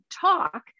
talk